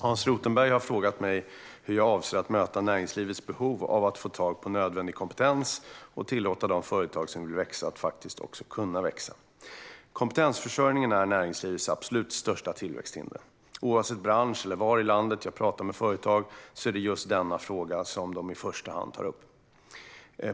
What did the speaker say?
Hans Rothenberg har frågat mig hur jag avser att möta näringslivets behov av att få tag på nödvändig kompetens och tillåta de företag som vill växa att faktiskt också kunna växa. Kompetensförsörjningen är näringslivets absolut största tillväxthinder. Oavsett bransch eller var i landet jag pratar med företag är det just denna fråga som de i första hand tar upp.